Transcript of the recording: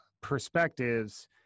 perspectives